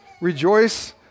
rejoice